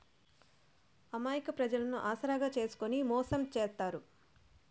అమాయక ప్రజలను ఆసరాగా చేసుకుని మోసం చేత్తారు